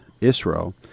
Israel